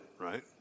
right